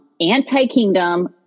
anti-kingdom